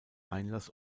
einlass